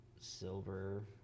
silver